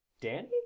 Danny